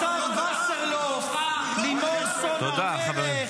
השר וסרלאוף, לימור סון הר מלך,